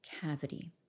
cavity